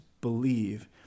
believe